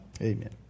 Amen